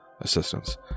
assistance